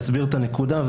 להסביר את הנקודה,